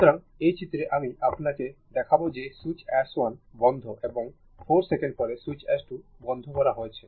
সুতরাং এই চিত্র আমি আপনাকে দেখাবো যে সুইচ S1 বন্ধ এবং 4 সেকেন্ড পরে সুইচ S2 বন্ধ করা হয়েছে